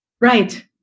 Right